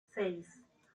seis